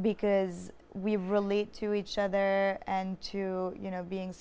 because we relate to each other and to you know being